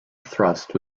thrust